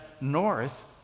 north